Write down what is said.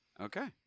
Okay